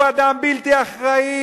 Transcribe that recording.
הוא אדם בלתי אחראי?